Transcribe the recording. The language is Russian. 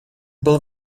был